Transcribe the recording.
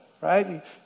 right